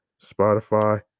Spotify